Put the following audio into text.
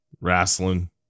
wrestling